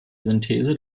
synthese